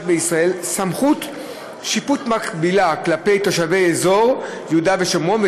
בישראל סמכות שיפוט מקבילה כלפי תושבי אזור יהודה ושומרון,